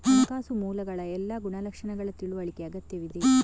ಹಣಕಾಸು ಮೂಲಗಳ ಎಲ್ಲಾ ಗುಣಲಕ್ಷಣಗಳ ತಿಳುವಳಿಕೆ ಅಗತ್ಯವಿದೆ